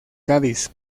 cádiz